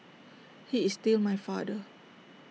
he is still my father